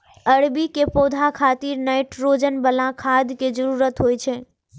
अरबी के पौधा खातिर नाइट्रोजन बला खाद के जरूरत होइ छै